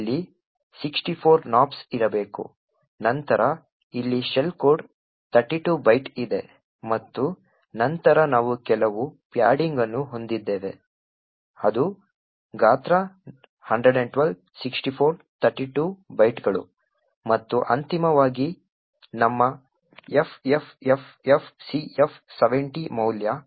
ಇಲ್ಲಿ 64 nops ಇರಬೇಕು ನಂತರ ಇಲ್ಲಿ ಶೆಲ್ ಕೋಡ್ 32 ಬೈಟ್ ಇದೆ ಮತ್ತು ನಂತರ ನಾವು ಕೆಲವು ಪ್ಯಾಡಿಂಗ್ ಅನ್ನು ಹೊಂದಿದ್ದೇವೆ ಅದು ಗಾತ್ರ 112 64 32 ಬೈಟ್ಗಳು ಮತ್ತು ಅಂತಿಮವಾಗಿ ನಮ್ಮ FFFFCF70 ಮೌಲ್ಯ